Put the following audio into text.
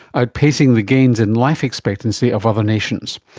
outpacing the gains in life expectancy of other nations.